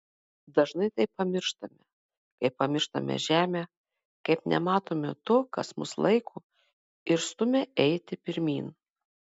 dažnai tai pamirštame kaip pamirštame žemę kaip nematome to kas mus laiko ir stumia eiti pirmyn